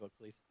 please